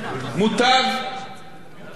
יושב-ראש הקואליציה,